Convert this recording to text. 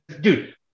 dude